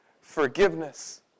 Forgiveness